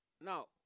now